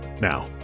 Now